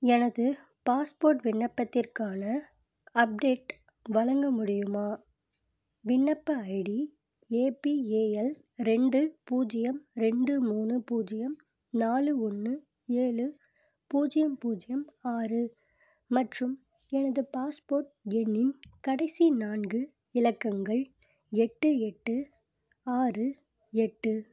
எனக்கு பாஸ்போர்ட் விண்ணப்பத்திற்கான அப்டேட் வழங்க முடியுமா விண்ணப்ப ID A P A L ரெண்டு பூஜ்ஜியம் ரெண்டு மூணு பூஜ்ஜியம் நாலு ஒன்று ஏழு பூஜ்ஜியம் பூஜ்ஜியம் ஆறு மற்றும் எனது பாஸ்போர்ட் எண்ணின் கடைசி நான்கு இலக்கங்கள் எட்டு எட்டு ஆறு எட்டு